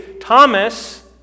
Thomas